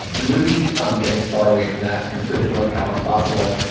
the movie um getting as far away from that kind of frigid locale as possible.